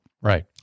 Right